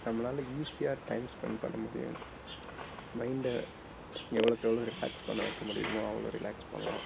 நம்மளால் ஈஸியாக time spent பண்ண முடியும் மைண்டை எவ்ளோக்கு எவ்ளோ ரிலாக்ஸ் பண்ண வைக்க முடியுமோ அவ்வளோ ரிலாக்ஸ் பண்ணலாம்